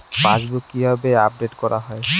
Passbook কিভাবে update করা হয়?